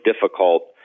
difficult